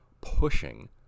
pushing